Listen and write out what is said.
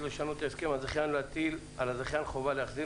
לשנות את הסכם הזכיין ולהטיל על הזכיין חובה להחזיר